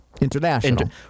international